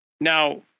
Now